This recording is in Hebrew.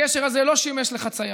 הגשר הזה לא שימש לחצייה,